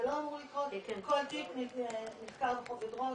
זה לא אמור לקרות, כל תיק נחקר בכובד ראש.